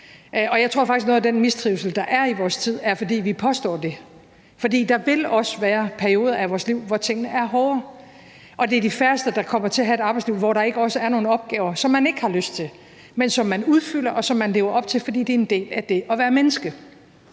Jeg tror faktisk, at noget af den mistrivsel, der er i vores tid, skyldes, at vi påstår det. For der vil også være perioder af vores liv, hvor tingene er hårde. Og det er de færreste, der kommer til at have et arbejdsliv, hvor der ikke også er nogle opgaver, som man ikke har lyst til at udfylde, men som man udfylder, og som man lever op til, fordi det er en del af det at være menneske.